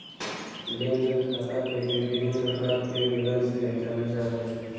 लेन देन खाता के विभिन्न प्रकार के विवरण से जानल जाय हइ